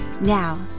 Now